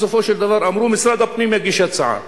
אמרו: בסופו של דבר משרד הפנים יגיש הצעה.